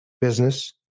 business